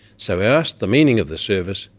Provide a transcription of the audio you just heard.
so i asked the meaning of the service,